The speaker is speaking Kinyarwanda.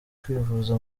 kwivuza